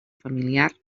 familiar